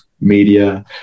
media